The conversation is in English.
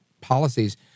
policies